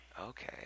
Okay